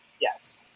Yes